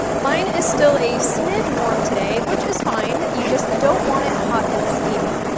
mine is still a smidge warm today, which is fine. you just don't want it hot and steamy.